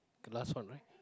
last one right